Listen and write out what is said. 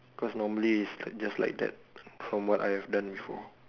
cause normally is just like that from what I have done before